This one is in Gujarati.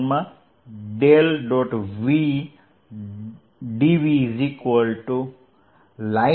v dvv